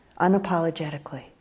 unapologetically